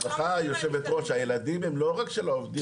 סליחה, היו"ר, הילדים הם לא רק של העובדים הזרים.